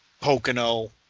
Pocono